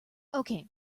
okay